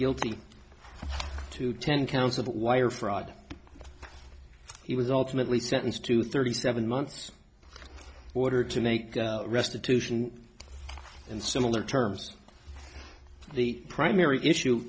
guilty to ten counts of wire fraud he was ultimately sentenced to thirty seven months order to make restitution and similar terms the primary issue